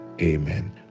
Amen